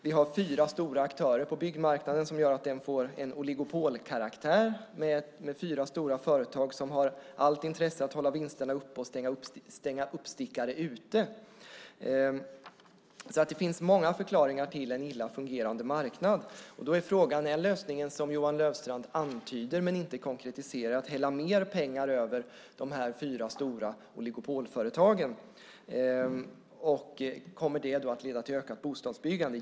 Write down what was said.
Vi har fyra stora aktörer på byggmarknaden som gör att den får en oligopolkaraktär med fyra stora företag som har allt intresse av att hålla vinsterna uppe och stänga uppstickare ute. Det finns alltså många förklaringar till en illa fungerande marknad. Då är frågan: Är lösningen den som Johan Löfstrand antyder men inte konkretiserar, nämligen att man ska hälla mer pengar över dessa fyra stora oligopolföretag? Kommer det att leda till ökat bostadsbyggande?